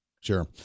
Sure